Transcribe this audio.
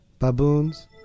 baboons